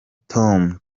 tom